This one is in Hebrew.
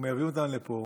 אנחנו מייבאים אותם לפה,